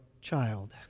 child